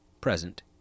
present